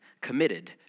committed